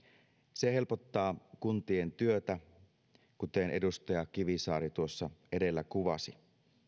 se helpottaa kuntien työtä kuten edustaja kivisaari tuossa edellä kuvasi